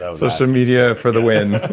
ah so so media for the win